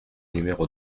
numéro